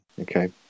Okay